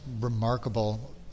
remarkable